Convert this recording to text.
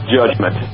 judgment